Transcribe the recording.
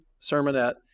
sermonette